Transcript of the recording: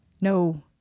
No